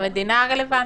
תיסע למדינה הרלוונטית.